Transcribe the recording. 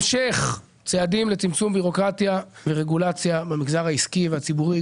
המשך צעדים לצמצום בירוקרטיה ורגולציה במגזר העסקי והציבורי,